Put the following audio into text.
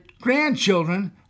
grandchildren